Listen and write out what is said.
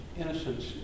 innocence